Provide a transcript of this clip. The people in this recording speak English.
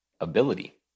ability